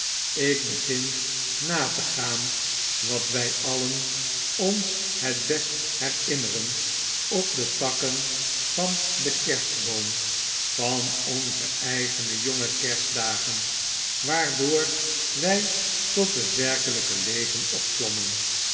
ik begin na te gaan watwij alien ons het best herinneren op de takken van den kerstboom van onze eigene jonge kerstdagen waardoor wjj tot het werkelyke leven opmommen